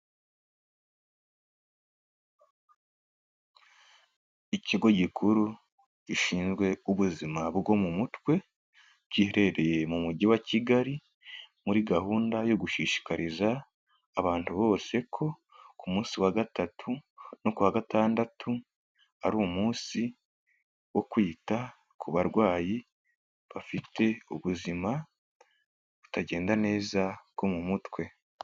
Ikigo gikuru gishinzwe ubuzima bwo mu mutwe, giherereye mu mujyi wa Kigali, muri gahunda yo gushishikariza abantu bose ko ku munsi wa gatatu no ku wa gatandatu ari umunsi wo kwita ku barwayi bafite ubuzima butagenda neza bwo mu mutwe.